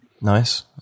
Nice